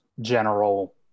general